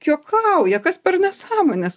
juokauja kas per nesąmonės